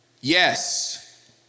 Yes